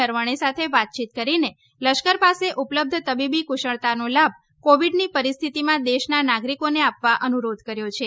નરવણે સાથે વાતયીત કરીને લશ્કર પાસે ઉપલબ્ધ તબીબી ક્રશળતાનો લાભ કોવિડની પરિસ્થિતિમાં દેશના નાગરિકોને આપવા અનુરોધ કર્યો છે